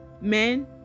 Men